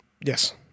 Yes